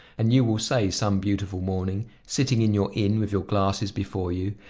and you will say some beautiful morning, sitting in your inn with your glasses before you,